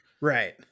Right